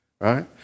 right